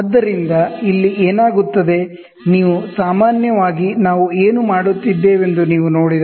ಆದ್ದರಿಂದ ಇಲ್ಲಿ ಏನಾಗುತ್ತದೆ ನೀವು ಸಾಮಾನ್ಯವಾಗಿ ನಾವು ಏನು ಮಾಡುತ್ತಿದ್ದೇವೆಂದು ನೀವು ನೋಡಿದರೆ